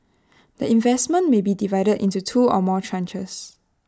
the investment may be divided into two or more tranches